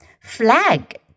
Flag